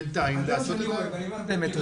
בינתיים לעשות --- אני אומר לכם את האמת,